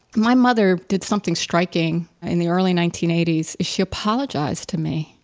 my mother did something striking in the early nineteen eighty s she apologized to me.